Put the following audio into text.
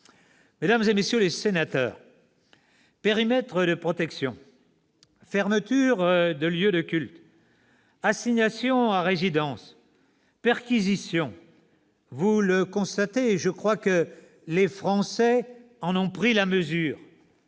Mesdames, messieurs les sénateurs, périmètres de protection, fermeture de lieux de culte, assignations à résidence, perquisitions, vous le constatez, et je crois que les Français en ont pris la mesure,